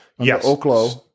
Yes